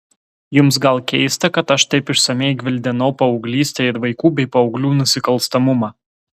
jums gal keista kad aš taip išsamiai gvildenau paauglystę ir vaikų bei paauglių nusikalstamumą